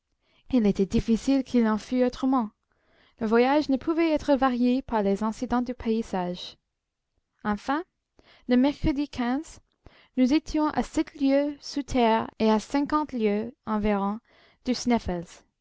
il était difficile qu'il en fût autrement le voyage ne pouvait être varié par les incidents du paysage enfin le mercredi nous étions à sept lieues sous terre et à cinquante lieues environ du